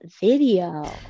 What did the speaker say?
video